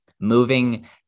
moving